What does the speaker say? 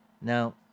now